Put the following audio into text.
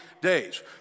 days